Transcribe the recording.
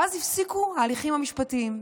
ואז הפסיקו ההליכים המשפטיים?